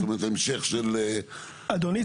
אדוני,